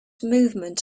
movement